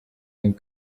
and